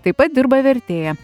taip pat dirba vertėja